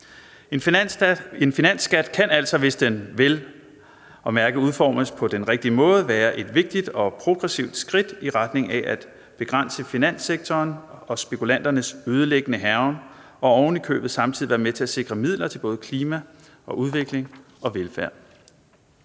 En finansskat kan altså, hvis den vel at mærke udformes på den rigtige måde, være et vigtigt og progressivt skridt i retning af at begrænse finanssektoren og spekulanternes ødelæggende hærgen og ovenikøbet samtidig være med til at sikre midler til både klima og udvikling og velfærd.